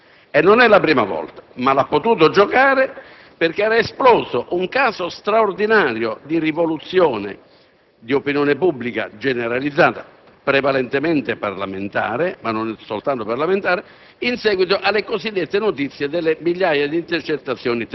Questa è una vicenda di grande rilievo. Occorre comprendere che è stato predisposto un decreto-legge con il consenso di tutti i *leader* dei Gruppi di opposizione. Il fatto politico di grande rilievo è avvenuto nel momento in cui è stato adottato il decreto-legge